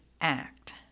act